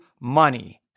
money